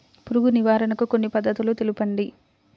పురుగు నివారణకు కొన్ని పద్ధతులు తెలుపండి?